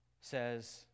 says